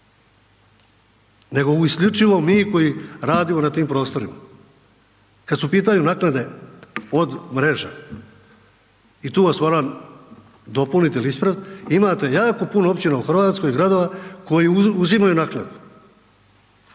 Nego isključivo mi koji radimo na tim prostorima. Kad su u pitanju naknade od mreža i tu vas moram dopuniti ili ispraviti, imate jako puno općina u Hrvatskoj, gradova koji uzimaju naknadu.